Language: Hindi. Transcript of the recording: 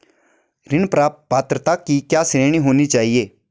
ऋण प्राप्त पात्रता की क्या श्रेणी होनी चाहिए?